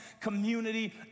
community